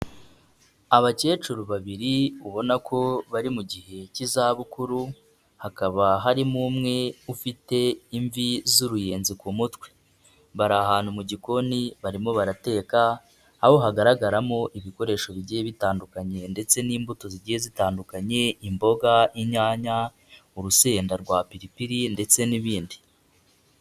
Abakecuru babiri ubona ko bari mu gihe cy'izabukuru, hakaba harimo umwe ufite imvi z'uruyenzi ku mutwe. Bari ahantu mu gikoni barimo barateka, aho hagaragaramo ibikoresho bigiye bitandukanye ndetse n'imbuto zigiye zitandukanye, imboga, inyanya, urusenda rwa piripiri ndetse n'ibindi.